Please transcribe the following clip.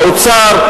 באוצר,